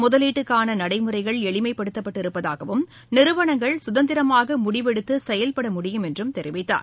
முதலீட்டுக்கான நடைமுறைகள் எளிமைப்படுத்தப்பட்டு இருப்பதாகவும் நிறுவனங்கள் சுதந்திரமாக முடிவெடுத்து செயல்பட முடியும் என்றும் தெரிவித்தார்